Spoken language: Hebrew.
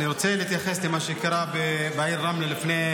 אני רוצה להתייחס למה שקרה בעיר רמלה לפני